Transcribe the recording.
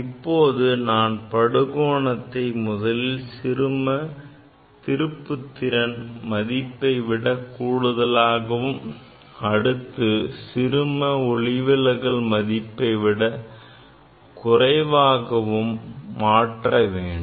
இப்போது நான் படு கோணத்தை முதலில் சிறும திருப்புதிறன் மதிப்பை விட கூடுதலாகவும் அடுத்து சிறும ஒளிவிலகல் மதிப்பைவிட குறைவாகவும் மாற்ற வேண்டும்